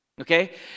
Okay